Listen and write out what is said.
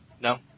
No